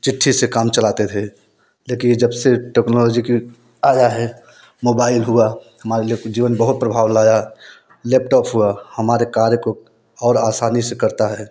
चिट्ठी से काम चलाते थे लेकिन जब से टेक्नौलौजी कि आया है मोबाइल हुआ हमारे हमारे लिए जीवन बहुत प्रभाव लाया है लेपटौप हुआ हमारे कार्य को और आसानी से करता है